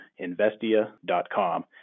Investia.com